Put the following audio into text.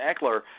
Eckler